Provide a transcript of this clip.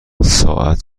ساعت